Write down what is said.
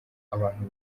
abantu